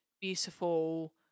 beautiful